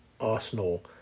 Arsenal